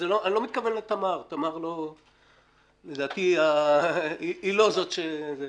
אני לא מתכוון לתמר, תמר היא לא זאת שזה.